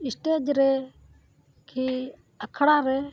stage ᱨᱮ ᱠᱤ ᱟᱠᱷᱲᱟ ᱨᱮ